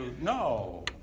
No